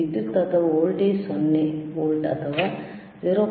ವಿದ್ಯುತ್ ಅಥವಾ voltage 0 volt ಅಥವಾ 0